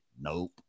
Nope